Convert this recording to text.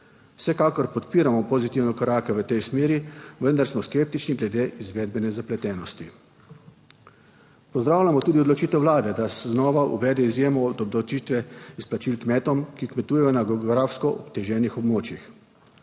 Vsekakor podpiramo pozitivne korake v tej smeri, vendar smo skeptični glede izvedbene zapletenosti. Pozdravljamo tudi odločitev Vlade, da znova uvede izjemo od obdavčitve izplačil kmetom, ki kmetujejo na geografsko oteženih območjih.